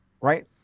right